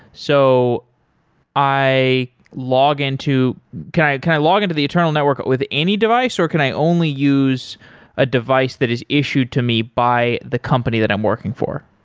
so i log into can i can i log into the internal network but with any device or can i only use a device that is issued to me by the company that i'm working for?